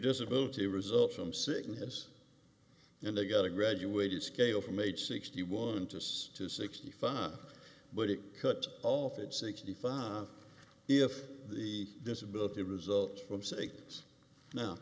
disability results from sickness and they got a graduated scale from age sixty one to say to sixty five but it cut off at sixty five if the disability results from sakes now